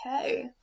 okay